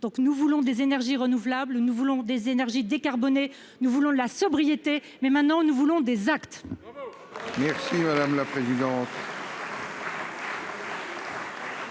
Nous voulons des énergies renouvelables, nous voulons des énergies décarbonées, nous voulons la sobriété, mais maintenant, nous voulons des actes